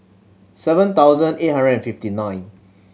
seven thousand eight hundred and fifty nine